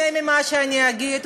אולי אתה תיהנה ממה שאני אגיד?